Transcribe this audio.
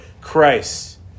Christ